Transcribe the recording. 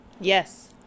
Yes